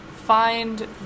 Find